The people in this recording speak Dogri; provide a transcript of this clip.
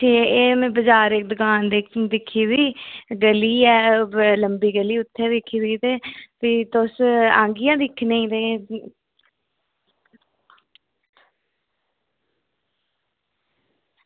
एह् में इक्क बाजारै ई दुकान दिक्खी दी गली ऐ लम्बी गली ऐ उत्थें दिक्खी दी ते तुस आह्गियां दिक्खने ई ते